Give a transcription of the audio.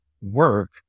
work